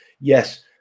yes